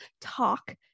talk